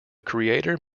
creator